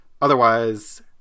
Otherwise